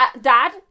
dad